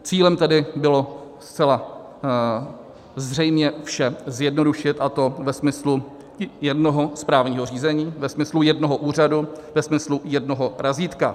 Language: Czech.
Cílem tedy bylo zcela zřejmě vše zjednodušit, a to ve smyslu jednoho správního řízení, ve smyslu jednoho úřadu, ve smyslu jednoho razítka.